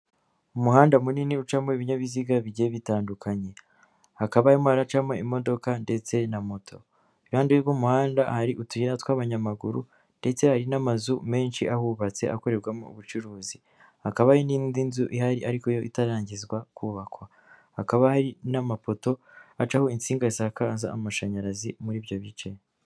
Umuhanda munini ucamo ibinyabiziga bigiye bitandukanye, hakaba harimo haracamo imodoka ndetse na moto, iruhande rw'umuhanda ahari utuyira tw'abanyamaguru, ndetse hari n'amazu menshi ahubatse, akorerwamo ubucuruzi, hakaba hari n'indi nzu ihari ariko yo itararangizwa kubakwa, hakaba hari n'amapoto acaho intsinga zisakaza amashanyarazi muri ibyo bice.